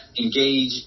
engage